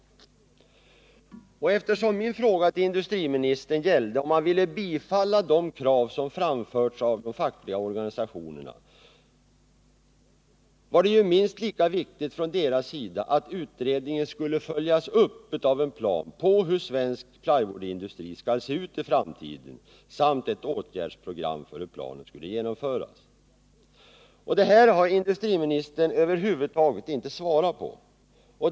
Eftersom min fråga till industriministern gällde om han ville bifalla de krav som framförts av de fackliga organisationerna var det ju minst lika viktigt från deras sida att utredningen skulle följas upp av en plan över hur svensk plywoodindustri skall se ut i framtiden samt ett åtgärdsprogram för hur planen skulle genomföras. Detta har industriministern över huvud taget inte svarat på.